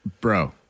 bro